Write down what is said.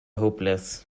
hopeless